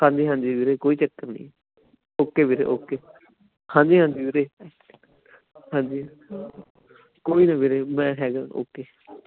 ਹਾਂਜੀ ਹਾਂਜੀ ਵੀਰੇ ਕੋਈ ਚੱਕਰ ਨਹੀਂ ਓਕੇ ਵੀਰੇ ਓਕੇ ਹਾਂਜੀ ਹਾਂਜੀ ਵੀਰੇ ਹਾਂਜੀ ਕੋਈ ਨਾ ਵੀਰੇ ਮੈਂ ਹੈਗਾ ਓਕੇ